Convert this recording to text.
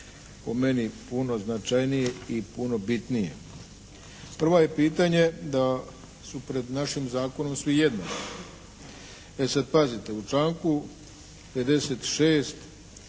po meni puno značajnije i puno bitnije. Prvo je pitanje da su pred našim zakonom svi jednaki. E sad pazite, u članku 56.